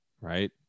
Right